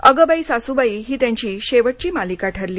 अगबाई सासूबाई ही त्यांची शेवटची मालिका ठरली